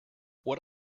what